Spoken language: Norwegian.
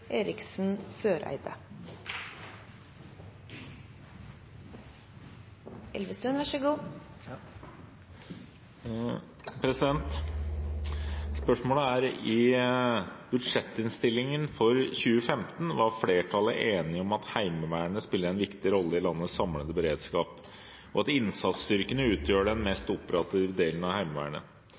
Spørsmålet er: «I budsjettinnstillingen for 2015 var flertallet enig om at Heimevernet spiller en viktig rolle i landets samlede beredskap, og at innsatsstyrkene utgjør den mest operative delen av Heimevernet.